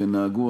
ונהגו,